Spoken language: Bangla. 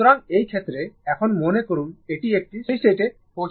সুতরাং এই ক্ষেত্রে এখন মনে করুন এটি একটি স্টেডি স্টেট পৌঁছেছে